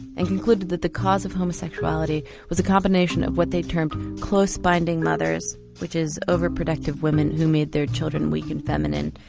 and concluded that the cause of homosexuality was a combination of what they termed close binding mothers, which is over-protective women who made their children weak and feminine,